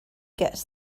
gets